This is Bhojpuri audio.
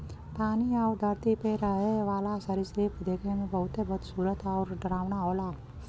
पानी आउर धरती पे रहे वाला सरीसृप इ देखे में बहुते बदसूरत आउर डरावना होला